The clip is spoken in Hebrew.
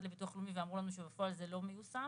לביטוח לאומי ואמרו לנו שבפועל זה לא מיושם.